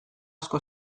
asko